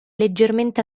leggermente